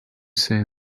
say